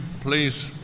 please